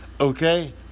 Okay